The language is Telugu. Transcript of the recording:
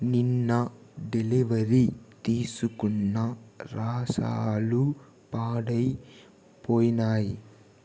నిన్న డెలివరీ తీసుకున్న రాసాలు పాడైపోయినాయి